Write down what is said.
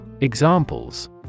Examples